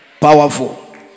powerful